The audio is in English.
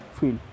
feel